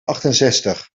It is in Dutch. achtenzestig